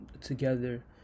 together